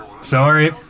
Sorry